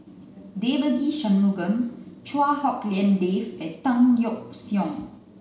Devagi Sanmugam Chua Hak Lien Dave and Tan Yeok Seong